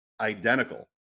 identical